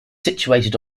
situated